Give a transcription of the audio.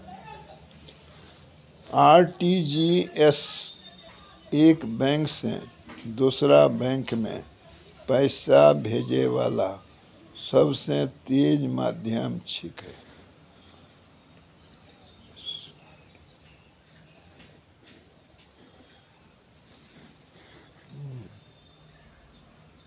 RTGS एक bank से दोसरो बैंक मे पैसा भेजै वाला सबसे तेज माध्यम छिकै